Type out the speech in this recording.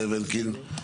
זאב אלקין.